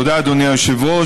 תודה, אדוני היושב-ראש.